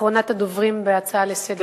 אחרונת הדוברים בהצעה זו לסדר-היום.